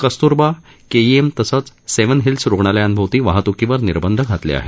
Kasturba KEM तसंच seven hills रुग्णालयांभोवती वाहतूकीवर निर्बंध घातले आहेत